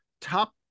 top